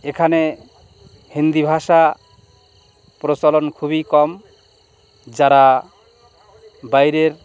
এখানে হিন্দি ভাষা প্রচলন খুবই কম যারা বাইরের